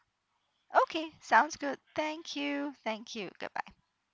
okay sounds good thank you thank you goodbye